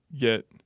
get